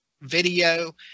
Video